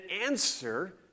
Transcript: answer